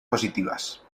positivas